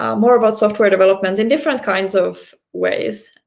ah more about software development in different kinds of ways.